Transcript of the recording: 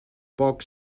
poc